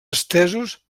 estesos